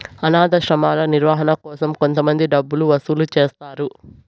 అనాధాశ్రమాల నిర్వహణ కోసం కొంతమంది డబ్బులు వసూలు చేస్తారు